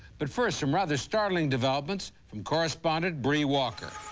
but first, some rather startling developments from correspondent bree walker.